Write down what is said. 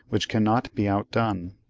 which cannot be outdone.